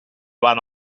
van